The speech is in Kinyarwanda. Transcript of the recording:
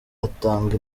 atanga